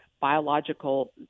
biological